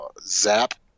Zap